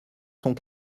sont